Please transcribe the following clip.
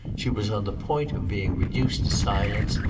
she was on the point of being reduced to silence,